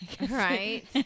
Right